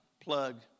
Plug